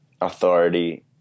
authority